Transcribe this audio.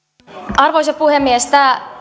arvoisa puhemies tämä